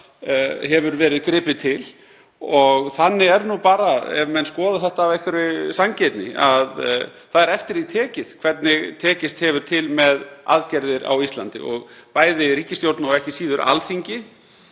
hefur verið til. Þannig er það nú bara, ef menn skoða þetta af einhverri sanngirni, að það er eftir því tekið hvernig tekist hefur til með aðgerðir á Íslandi og bæði ríkisstjórn og ekki síður Alþingi